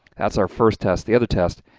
that's our first test the other test